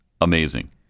Amazing